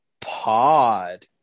pod